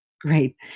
Great